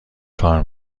کار